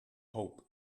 hope